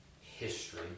history